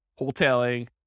wholesaling